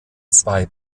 zwei